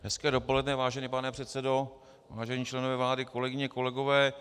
Hezké dopoledne, vážený pane předsedo, vážení členové vlády, kolegyně, kolegové.